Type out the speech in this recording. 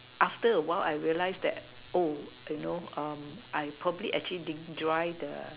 after a while I realised that oh you know um I probably actually didn't dry the